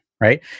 right